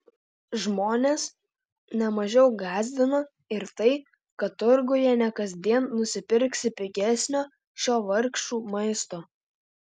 žmones ne mažiau gąsdina ir tai kad turguje ne kasdien nusipirksi pigesnio šio vargšų maisto